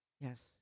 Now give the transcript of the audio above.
yes